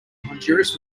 honduras